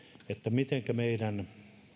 mitenkä meidän